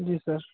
जी sir